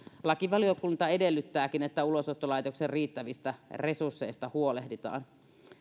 lakivaliokunta edellyttääkin että ulosottolaitoksen riittävistä resursseista huolehditaan